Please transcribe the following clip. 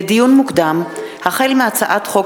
לדיון מוקדם: החל בהצעת חוק